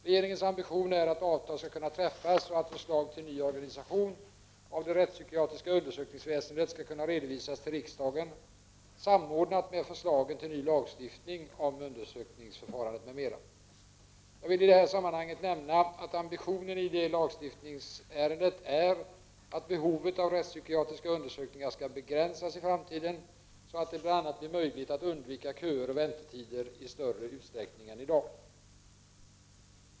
Regeringens ambition är att avtal skall kunna träffas och att förslag till ny organisation av det rättspsykiatriska undersökningsväsendet skall kunna redovisas till riksdagen samordnat med förslagen till ny lagstiftning om undersökningsförfarandet m.m. Jag vill i detta sammanhang nämna att ambitionen i det lagstiftningsärendet är att behovet av rättspsykiatriska undersökningar skall begränsas i framtiden, så att det bl.a. blir möjligt att undvika köer och väntetider i större utsträckning än i dag.